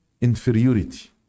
inferiority